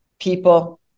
people